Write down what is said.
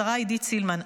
השרה עידית סילמן,